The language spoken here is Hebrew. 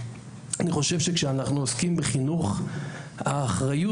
אני חושב שכשאנחנו עוסקים בחינוך האחריות